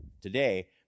today